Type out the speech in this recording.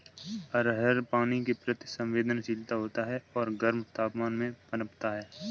अरहर पानी के प्रति संवेदनशील होता है और गर्म तापमान में पनपता है